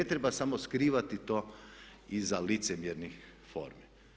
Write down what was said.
Ne treba samo skrivati to iza licemjernih formi.